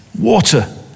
Water